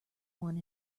one